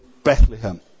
Bethlehem